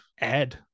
add